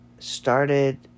started